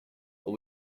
are